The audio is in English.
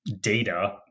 data